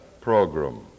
program